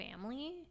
family